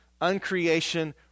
uncreation